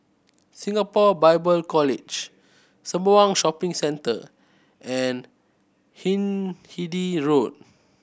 Singapore Bible College Sembawang Shopping Centre and Hindhede Road